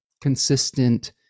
consistent